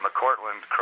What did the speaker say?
McCortland